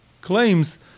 claims